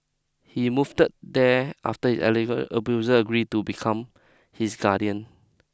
he moved there after his allege abuser agree to become his guardian